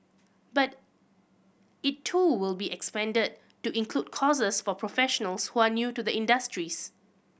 but it too will be expanded to include courses for professionals who are new to the industries